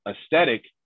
aesthetic